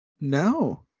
No